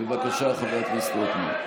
בבקשה, חבר הכנסת רוטמן.